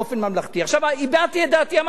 ולומד תורה.